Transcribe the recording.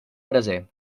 braser